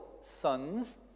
sons